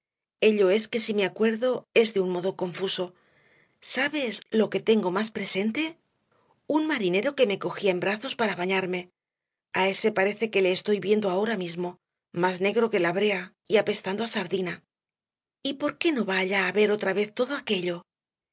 ello es que si me acuerdo es de un modo confuso sabes lo que tengo más presente un marinero que me cogía en brazos para bañarme á ese parece que le estoy viendo ahora mismo más negro que la brea y apestando á sardina y por qué no va allá á ver otra vez todo aquello